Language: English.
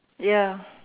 ya